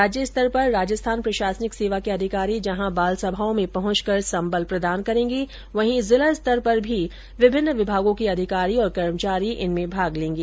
राज्य स्तर पर राजस्थान प्रशासनिक सेवा के अधिकारी जहां बालसभाओं में पहुंचकर सम्बल प्रदान करेंगे वहीं जिला स्तर पर भी विभिन्न विभागों के अधिकारी कर्मचारी इनमें भाग लेंगे